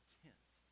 tenth